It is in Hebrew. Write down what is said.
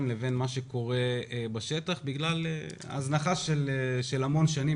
לבין מה שקורה בשטח בגלל הזנחה של שנים